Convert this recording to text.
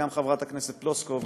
גם חברת הכנסת פלוסקוב,